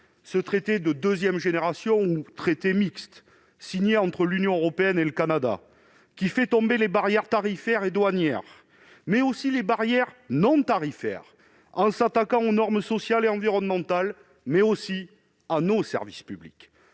ce traité de deuxième génération, ou traité mixte, signé entre l'Union européenne et le Canada, qui fait tomber les barrières tarifaires et douanières mais aussi les barrières non tarifaires, en s'attaquant aux normes sociales et environnementales ainsi qu'à nos services publics.